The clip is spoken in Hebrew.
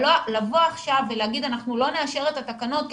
אבל לבוא עכשיו ולהגיד: אנחנו לא נאשר את התקנות כי